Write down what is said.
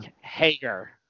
Hager